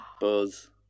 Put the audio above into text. Buzz